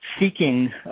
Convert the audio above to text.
seeking